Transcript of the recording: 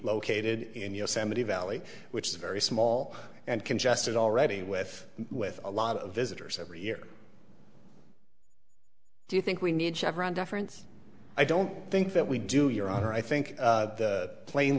located in yosemite valley which is very small and congested already with with a lot of visitors every year do you think we need chevron deference i don't think that we do your honor i think